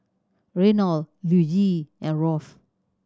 Reynold Luigi and Rolf